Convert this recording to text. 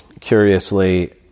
curiously